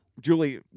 Julie